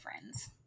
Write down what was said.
friends